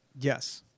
Yes